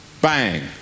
Bang